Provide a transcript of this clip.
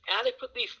adequately